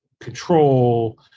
control